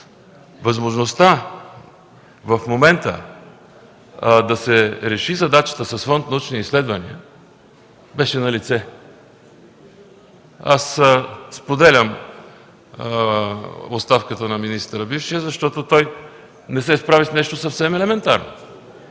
възможността в момента да се реши задачата с Фонд „Научни изследвания” беше налице. Аз споделям оставката на бившия министър, защото той не се справи с нещо съвсем елементарно.